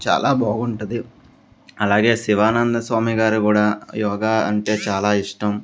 చాలా బాగుంటుంది అలాగే శివానంద స్వామి గారు కూడా యోగా అంటే చాలా ఇష్టం